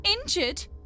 Injured